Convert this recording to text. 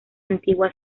antigua